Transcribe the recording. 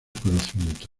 conocimiento